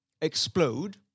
explode